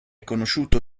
conosciuto